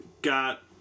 Got